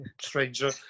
stranger